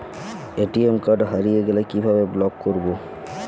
ATM card হারিয়ে গেলে কিভাবে ব্লক করবো?